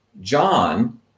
John